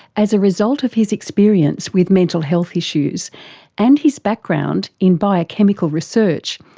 as a result of his experience with mental health issues and his background in biochemical research,